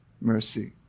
mercy